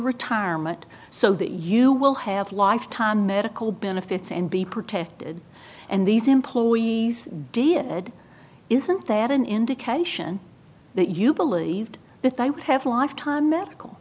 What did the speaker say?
retirement so that you will have lifetime medical benefits and be protected and these employees did isn't that an indication that you believed that i would have a lifetime medical